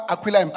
Aquila